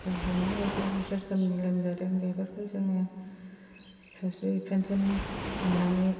गावहा माबायदि रोखोमनि लोमजादों बेफोरखौ जोङो सावस्रि बिफानसिम थांनानै